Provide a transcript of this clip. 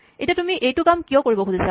এতিয়া তুমি এইটো কাম কিয় কৰিব খুজিবা